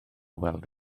weld